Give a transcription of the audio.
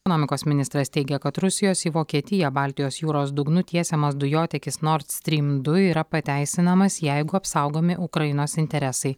ekonomikos ministras teigia kad rusijos į vokietiją baltijos jūros dugnu tiesiamas dujotiekis nord strym du yra pateisinamas jeigu apsaugomi ukrainos interesai